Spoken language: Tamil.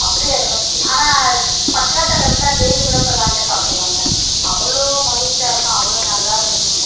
அப்படியே ஆனால் பக்கத்தில் இருந்தால் டெய்லி கூட போய் வாங்கி சாப்பிட்லாங்க அவ்வளோ மகிழ்ச்சியாக இருக்கும் அவ்வளோ நல்லாயிருக்குதுங்க